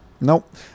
Nope